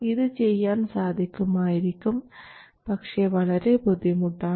ഇത് ചെയ്യാൻ സാധിക്കുമായിരിക്കും പക്ഷേ വളരെ ബുദ്ധിമുട്ടാണ്